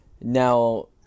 Now